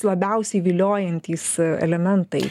labiausiai viliojantys elementai